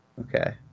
Okay